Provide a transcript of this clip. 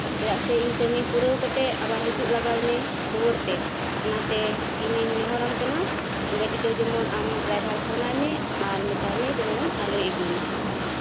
ᱪᱮᱫᱟᱜ ᱥᱮ ᱤᱧ ᱠᱟᱹᱢᱤ ᱯᱩᱨᱟᱹᱣ ᱠᱟᱛᱮᱫ ᱟᱵᱟᱨ ᱦᱤᱡᱩᱜ ᱞᱟᱜᱟᱣ ᱤᱧᱟᱹ ᱨᱩᱣᱟᱹᱲᱛᱮ ᱚᱱᱟᱛᱮ ᱤᱧᱤᱧ ᱱᱮᱦᱚᱨ ᱟᱢ ᱠᱟᱱᱟ ᱜᱟᱹᱰᱤ ᱫᱚ ᱡᱮᱢᱚᱱ ᱟᱢ ᱰᱨᱟᱭᱵᱷᱟᱨ ᱯᱷᱳᱱ ᱟᱭ ᱢᱮ ᱟᱨ ᱢᱮᱛᱟᱭ ᱢᱮ ᱡᱮᱢᱚᱱ ᱟᱞᱚᱭ ᱟᱹᱜᱩᱭ ᱢᱟ